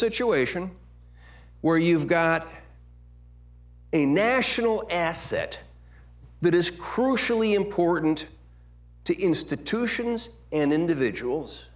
situation where you've got a national asset that is crucially important to institutions and individuals